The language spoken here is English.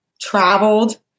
traveled